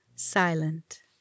silent